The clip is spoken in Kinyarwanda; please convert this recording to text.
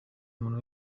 umuntu